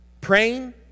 praying